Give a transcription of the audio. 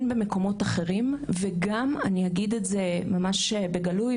במקומות אחרים וגם אני אגיד את זה ממש בגלוי,